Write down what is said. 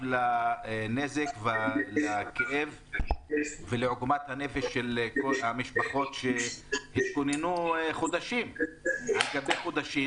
לנזק ולכאב של כל המשפחות שהתכוננות חודשים לאירועים,